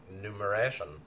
numeration